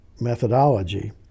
methodology